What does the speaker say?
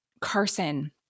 Carson